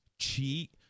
cheat